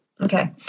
okay